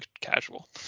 casual